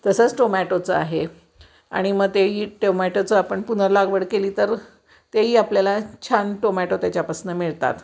तसंच टोमॅटोचं आहे आणि मग तेही टोमॅटोचं आपण पुनर्लागवड केली तर तेही आपल्याला छान टोमॅटो त्याच्यापासून मिळतात